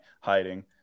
hiding